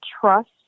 trust